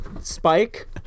Spike